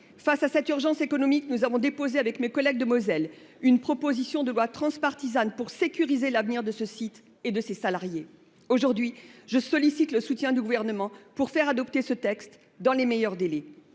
Face à cette urgence économique, les cinq sénateurs de Moselle ont déposé une proposition de loi transpartisane pour sécuriser l’avenir de ce site et de ses salariés. Aujourd’hui, je sollicite le soutien du Gouvernement pour faire adopter ce texte dans les meilleurs délais.